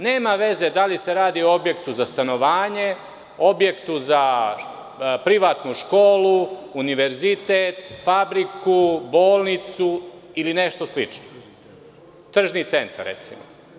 Nema veze da li se radi o objektu za stanovanje, objektu za privatnu školu, univerzitet, fabriku, bolnicu ili nešto slično, tržni centar, recimo.